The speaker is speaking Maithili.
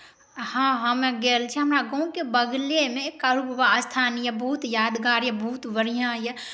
हँ हमे गेल छी हमरा गामके बगलेमे कारूबाबा अस्थान अइ बहुत यादगार अइ बहुत बढ़िआँ अइ